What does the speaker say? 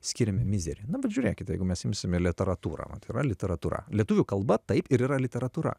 skiriame mizerį na pažiūrėkit jeigu mes imsime literatūrą vat yra literatūra lietuvių kalba taip ir yra literatūra